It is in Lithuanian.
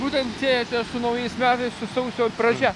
būtent tie tie su naujais metais su sausio pradžia